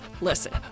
listen